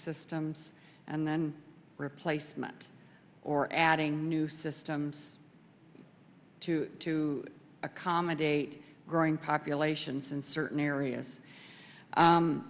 systems and then replacement or adding new systems to to accommodate growing populations in certain areas